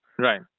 Right